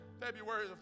February